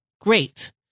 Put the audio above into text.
Great